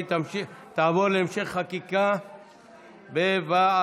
והיא תעבור להמשך חקיקה בוועדת